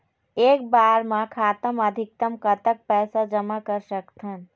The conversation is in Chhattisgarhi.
एक बार मा खाता मा अधिकतम कतक पैसा जमा कर सकथन?